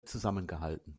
zusammengehalten